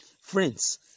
Friends